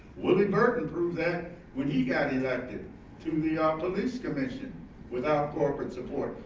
willie burton proves that when he got elected to the ah police commission without corporate support.